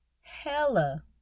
hella